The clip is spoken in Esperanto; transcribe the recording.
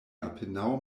apenaŭ